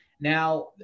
Now